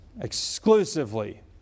Exclusively